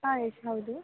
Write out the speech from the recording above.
ಹಾಂ ಎಸ್ ಹೌದು